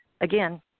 again